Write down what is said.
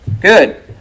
Good